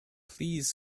please